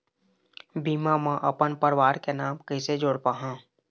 बीमा म अपन परवार के नाम कैसे जोड़ पाहां?